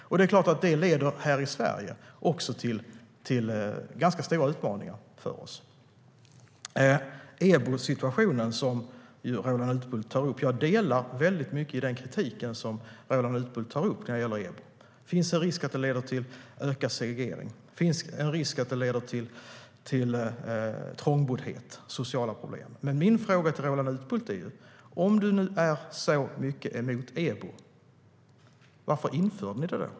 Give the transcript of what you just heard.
Det är klart att det också leder till ganska stora utmaningar för oss här i Sverige. Roland Utbult tar upp EBO-situationen. Jag delar mycket av den kritik som Roland Utbult tar upp när det gäller EBO. Det finns en risk att det leder till ökad segregering. Det finns en risk att det leder till trångboddhet och sociala problem. Men min fråga till Roland Utbult är: Om du nu är så mycket emot EBO, varför införde ni det?